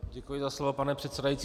Děkuji za slovo, pane předsedající.